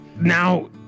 Now